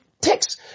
takes